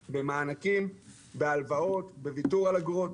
במענקים, בהלוואות, בוויתור על אגרות.